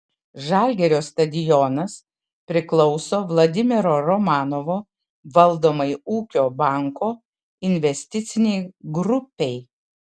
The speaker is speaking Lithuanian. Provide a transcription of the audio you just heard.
žalgirio stadionas priklauso vladimiro romanovo valdomai ūkio banko investicinei grupei